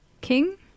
King